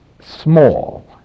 small